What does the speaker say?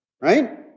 right